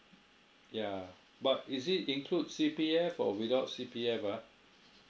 yeah but is it include C_P_F or without C_P_F ah